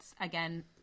again